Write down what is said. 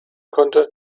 konnte